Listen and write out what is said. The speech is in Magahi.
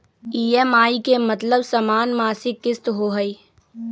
ई.एम.आई के मतलब समान मासिक किस्त होहई?